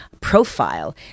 profile